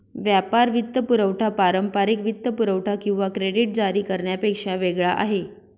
व्यापार वित्तपुरवठा पारंपारिक वित्तपुरवठा किंवा क्रेडिट जारी करण्यापेक्षा वेगळा आहे